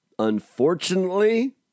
Unfortunately